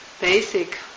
basic